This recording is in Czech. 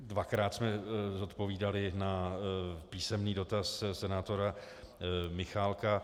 Dvakrát jsme zodpovídali na písemný dotaz senátora Michálka.